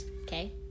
Okay